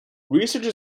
research